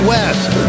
West